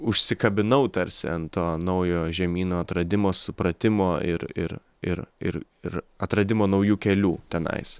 užsikabinau tarsi ant to naujo žemyno atradimo supratimo ir ir ir ir ir atradimo naujų kelių tenais